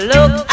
Look